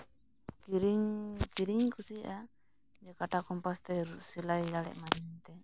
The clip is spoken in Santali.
ᱠᱤᱨᱤᱧ ᱠᱤᱨᱤᱧ ᱤᱧ ᱠᱩᱥᱤᱭᱟᱜᱼᱟ ᱠᱟᱴᱟ ᱠᱚᱢᱯᱟᱥ ᱛᱮ ᱥᱤᱞᱟᱭ ᱤᱧ ᱫᱟᱲᱮᱭᱟᱜᱼᱟ ᱤᱧᱛᱮ